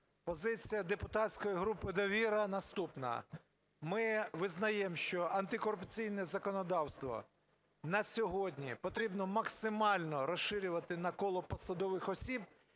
позиція депутатської групи "Довіра" наступна. Ми визнаємо, що антикорупційне законодавство на сьогодні потрібно максимально розширювати на коло посадових осіб,